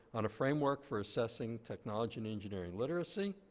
on a framework for assessing technology and engineering literacy.